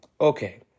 Okay